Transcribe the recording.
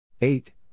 Eight